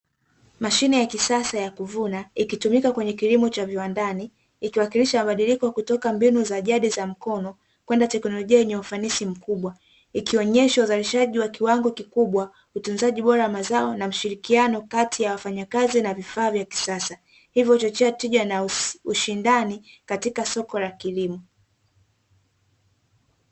Mashine ya kisasa ya kuvuna ikitumika kwenye kilimo cha viwandani, ikiwakilisha mabadiliko kutoka mbinu za jadi za mkono kwenda teknolojia yenye ufanisi mkubwa, ikionyesha uzalishaji wa kiwango kikubwa, utunzaji bora wa mazao na ushirikiano kati ya wafanyakazi na vifaa cha kisasa, hivyo huchochea tija na ushindani katika soko la kilimo.